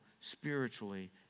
spiritually